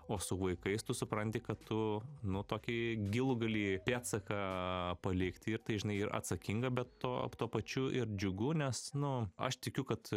o su vaikais tu supranti kad tu nu tokį gilų gali pėdsaką palikti ir tai žinai ir atsakinga bet to tuo pačiu ir džiugu nes nu aš tikiu kad